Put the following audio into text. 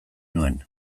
nuen